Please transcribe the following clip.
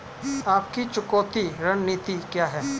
आपकी चुकौती रणनीति क्या है?